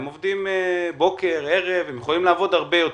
הם עובדים בוקר וערב, והם יכולים לעבוד הרבה יותר.